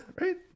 right